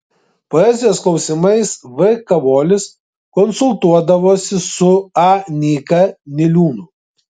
poezijos klausimais v kavolis konsultuodavosi su a nyka niliūnu